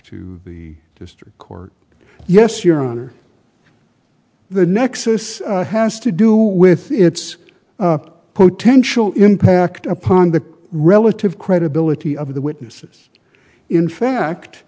to the district court yes your honor the nexus has to do with its potential impact upon the relative credibility of the witnesses in fact